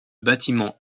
bâtiment